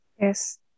Yes